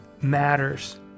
matters